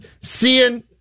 Seeing